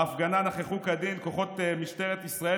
בהפגנה נכחו כדין כוחות משטרת ישראל